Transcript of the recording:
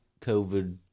COVID